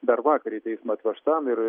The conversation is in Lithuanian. dar vakar į teismą atvežtam ir